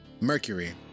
Mercury